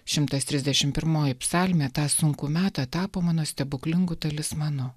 šimtas trisdešimt pirmoji psalmė tą sunkų metą tapo mano stebuklingu talismanu